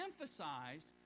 emphasized